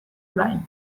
lain